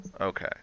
Okay